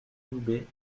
loubet